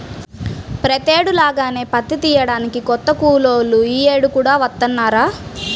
ప్రతేడు లాగానే పత్తి తియ్యడానికి కొత్త కూలోళ్ళు యీ యేడు కూడా వత్తన్నారా